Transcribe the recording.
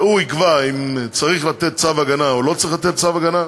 והוא יקבע אם צריך לתת צו הגנה או לא צריך לתת צו הגנה,